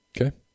Okay